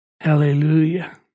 Hallelujah